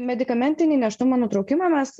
medikamentinį nėštumo nutraukimą mes